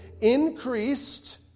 increased